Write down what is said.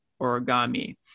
origami